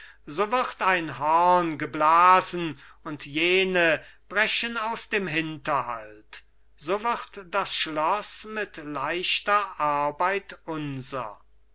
so wird ein horn geblasen und jene brechen aus dem hinterhalt so wird das schloss mit leichter arbeit unser